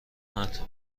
اومد